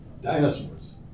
dinosaurs